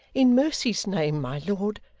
in mercy's name, my lord,